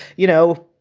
you know,